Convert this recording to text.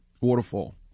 waterfall